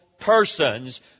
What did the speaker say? persons